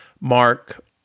Mark